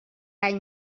any